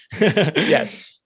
Yes